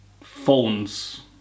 phones